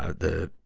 the, ah,